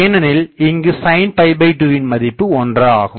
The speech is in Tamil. ஏனெனில் இங்கு sin2 வின் மதிப்பு 1 ஆகும்